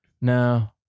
No